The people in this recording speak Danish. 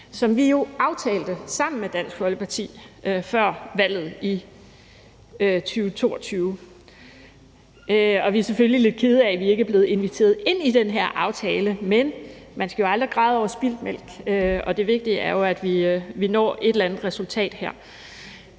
som vi jo aftalte sammen med Dansk Folkeparti før valget i 2022. Og vi er selvfølgelig lidt kede af, at vi ikke er blevet inviteret med ind i den her aftale, men man skal aldrig græde over spildt mælk, og det vigtige er jo, at vi når et eller andet resultat her.